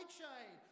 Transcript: chain